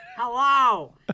Hello